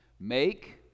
Make